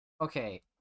Okay